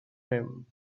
him